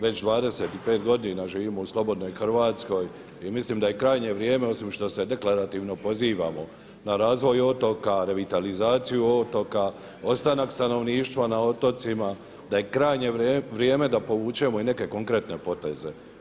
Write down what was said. Već 25 godina živimo u slobodnoj Hrvatskoj i mislim da je krajnje vrijeme osim što se deklarativno pozivamo na razvoj otoka, revitalizaciju otoka, ostanak stanovništva na otocima da je krajnje vrijeme da povučemo i neke konkretne poteze.